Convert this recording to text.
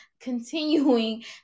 continuing